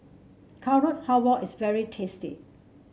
Carrot Halwa is very tasty